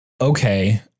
okay